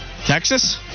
Texas